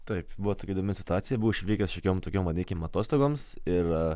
taip buvo tokia įdomi situacija buvau išvykęs šiokiom tokiom vadinkim atostogoms ir